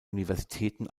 universitäten